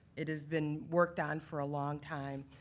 it has been worked on for a long time.